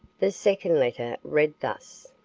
the second letter read thus